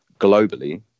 globally